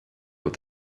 what